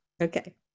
Okay